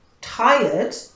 tired